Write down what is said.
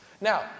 Now